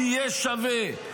יהיה שווה".